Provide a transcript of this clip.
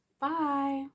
Bye